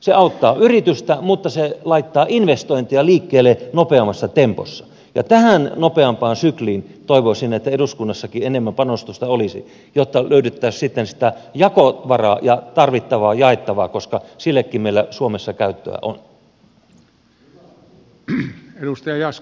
se auttaa yritystä mutta se laittaa investointeja liikkeelle nopeammassa tempossa ja tähän nopeampaan sykliin toivoisin että eduskunnassakin enemmän panostusta olisi jotta löydettäisiin sitten sitä jakovaraa ja tarvittavaa jaettavaa koska sillekin meillä suomessa käyttöä on